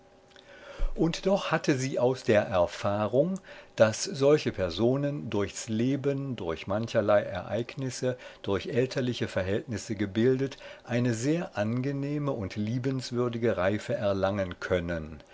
und doch hatte sie aus der erfahrung daß solche personen durchs leben durch mancherlei ereignisse durch elterliche verhältnisse gebildet eine sehr angenehme und liebenswürdige reife erlangen können